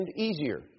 easier